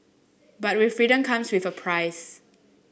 but we freedom comes with a price